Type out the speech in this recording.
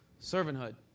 servanthood